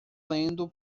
lendo